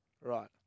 Right